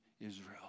Israel